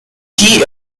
key